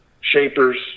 shapers